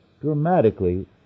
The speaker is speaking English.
dramatically